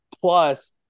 plus